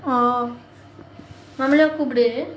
oh நம்மளையும் கூப்பிடு:nammalaiyum kooppidu